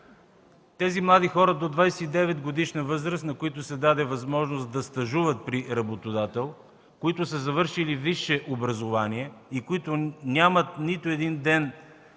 тези млади хора до 29-годишна възраст, на които се даде възможност да стажуват при работодател, които са завършили висше образование и нямат нито един ден